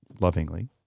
lovingly